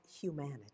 humanity